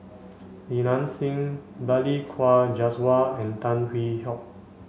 Li Nanxing Balli Kaur Jaswal and Tan Hwee Hock